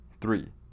Three